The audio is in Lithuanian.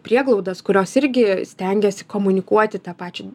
prieglaudas kurios irgi stengiasi komunikuoti tą pačią